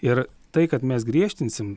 ir tai kad mes griežtinsim